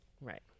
right